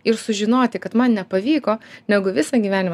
ir sužinoti kad man nepavyko negu visą gyvenimą